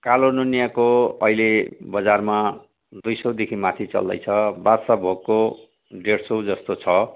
कालो नुनियाको अहिले बजारमा दुई सयदेखि माथि चल्दैछ बादसाह भोगको डेढ सय जस्तो छ